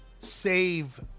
save